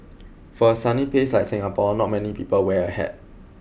for a sunny place like Singapore not many people wear a hat